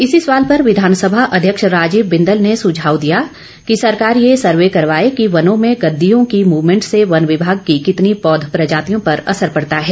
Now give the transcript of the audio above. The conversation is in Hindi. इसी सवाल पर विधानसभा अध्यक्ष राजीव बिंदल ने सुझाव दिया कि सरकार ये सर्वे करवाए कि वनों में गद्दियों की मूवमैंट से वन विभाग की कितनी पौध प्रजातियों पर असर पड़ता है